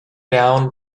down